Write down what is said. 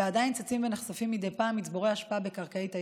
ועדיין צצים ונחשפים מדי פעם מצבורי אשפה בקרקעית הים,